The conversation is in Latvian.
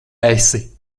esi